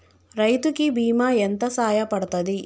రైతు కి బీమా ఎంత సాయపడ్తది?